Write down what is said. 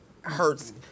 hurts